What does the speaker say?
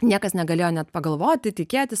niekas negalėjo net pagalvoti tikėtis